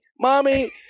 mommy